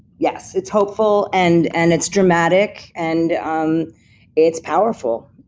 yes, it's hopeful, and and it's dramatic, and um it's powerful